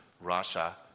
Russia